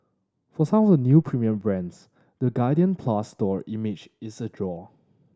for some of the new premium brands the Guardian Plus store image is a draw